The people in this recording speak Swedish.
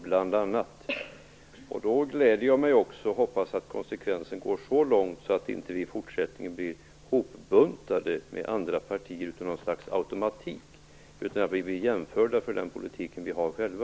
Jag gläder mig också och hoppas att konsekvensen går så långt att vi inte i fortsättningen blir hopbuntade med andra partier med någon slags automatik, utan att vi blir jämförda för den politik vi för själva.